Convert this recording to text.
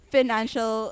financial